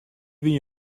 wie